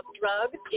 drugs